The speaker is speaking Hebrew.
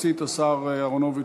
להוציא את השר אהרונוביץ,